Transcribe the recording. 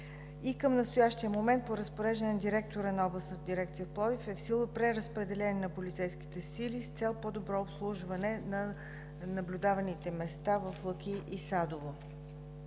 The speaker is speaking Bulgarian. Към настоящия момент по разпореждане на директора на областната дирекция в Пловдив е в сила преразпределение на полицейските сили с цел по-добро обслужване на наблюдаваните места в Лъки и Садово.